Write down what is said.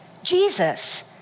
Jesus